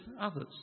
others